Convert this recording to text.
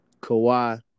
Kawhi